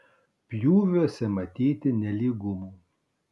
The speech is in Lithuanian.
pjūviuose matyti nelygumų